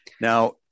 Now